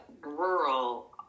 rural